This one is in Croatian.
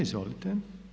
Izvolite.